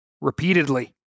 Repeatedly